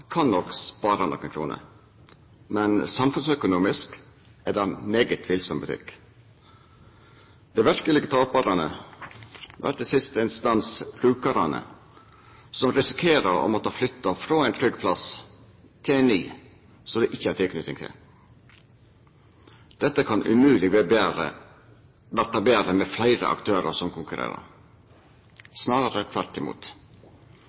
kan nok spara nokre kroner, men samfunnsøkonomisk er det svært tvilsam butikk. Dei verkelege taparane blir i siste instans brukarane, som risikerer å måtta flytta frå ein trygg plass til ein ny som dei ikkje har tilknyting til. Dette kan umogleg bli betre med fleire aktørar som konkurrerer, snarare tvert imot.